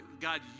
God